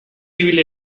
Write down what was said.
ibili